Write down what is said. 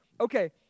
okay